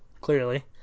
clearly